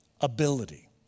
ability